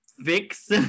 fix